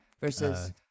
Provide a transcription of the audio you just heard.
Versus